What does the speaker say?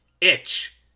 itch